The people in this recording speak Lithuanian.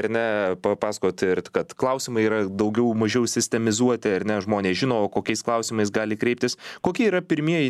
ar ne pasakojot ir kad klausimai yra daugiau mažiau sistemizuoti ar ne žmonės žino kokiais klausimais gali kreiptis kokie yra pirmieji